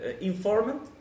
informant